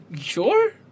Sure